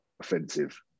offensive